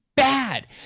Bad